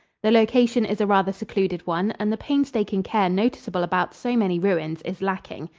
the location is a rather secluded one and the painstaking care noticeable about so many ruins is lacking.